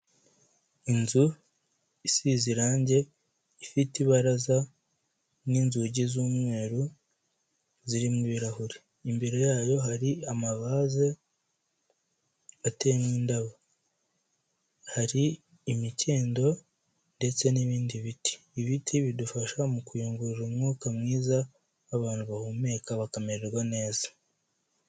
Inzu isize irange, ifite ibaraza n'inzugi z'umweru zirimo ibirahuri. Imbere yayo hari amavaze ateyemo indabo, hari imikindo ndetse n'ibindi biti, ibiti bidufasha mu kuyungurura umwuka mwiza abantu bahumeka, bakamererwa neza.